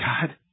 God